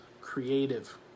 creative